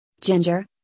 Ginger